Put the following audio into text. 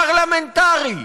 פרלמנטרי,